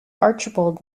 archibald